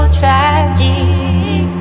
tragic